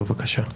בבקשה.